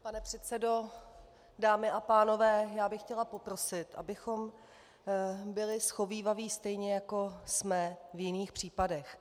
Pane předsedo, dámy a pánové, já bych chtěla poprosit, abychom byli shovívaví stejně, jako jsme v jiných případech.